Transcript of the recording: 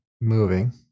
moving